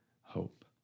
hope